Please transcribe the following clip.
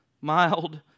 mild